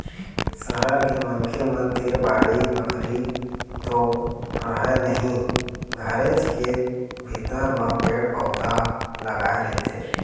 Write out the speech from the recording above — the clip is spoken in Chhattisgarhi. सहर के मनखे मन तीर बाड़ी बखरी तो रहय नहिं घरेच के भीतर म पेड़ पउधा लगाय रहिथे